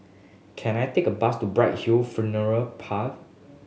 can I take a bus to Bright Hill Funeral Parlour